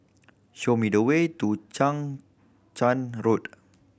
show me the way to Chang Charn Road